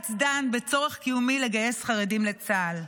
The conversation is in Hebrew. בג"ץ דן בצורך קיומי לגייס חיילים לצה"ל,